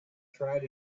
tried